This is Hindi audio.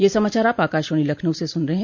ब्रे क यह समाचार आप आकाशवाणी लखनऊ से सुन रहे हैं